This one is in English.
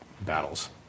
battles